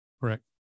Correct